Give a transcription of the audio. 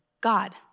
God